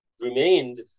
remained